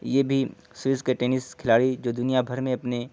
یہ بھی سوئز کے ٹینس کھلاڑی جو دنیا بھر میں اپنے